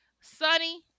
sunny